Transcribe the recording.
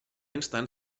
instant